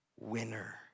Winner